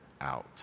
out